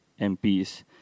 MPs